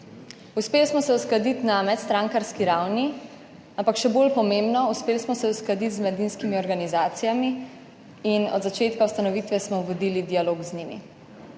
Uspeli smo se uskladiti na medstrankarski ravni, ampak še bolj pomembno, uspeli smo se uskladiti z mladinskimi organizacijami in od začetka ustanovitve smo vodili dialog z njimi.